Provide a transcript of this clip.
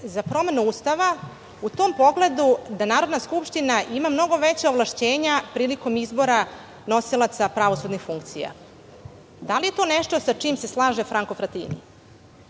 za promenu Ustava u tom pogledu da Narodna skupština ima mnogo veća ovlašćenja prilikom izbora nosilaca pravosudnih funkcija. Da li je to nešto sa čim se slaže Franko Fratini?